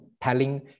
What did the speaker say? telling